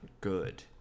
good